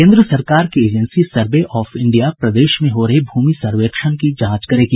केंद्र सरकार की एजेंसी सर्वे ऑफ इंडिया प्रदेश में हो रहे भूमि सर्वेक्षण की जांच करेगी